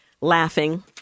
laughing